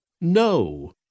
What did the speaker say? No